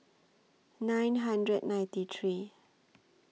nine hundred and ninety three